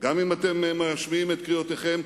גם אם אתם משמיעים את קריאותיכם.